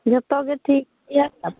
ᱡᱚᱛᱚ ᱜᱮ ᱴᱷᱤᱠ ᱜᱮᱭᱟ ᱛᱚ